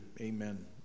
Amen